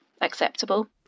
acceptable